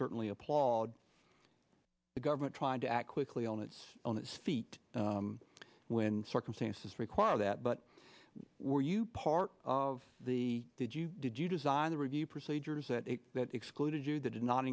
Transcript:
certainly applaud the government trying to act quickly on its on its feet when circumstances require that but were you part of the did you did you design the review procedures that it that excluded you that did not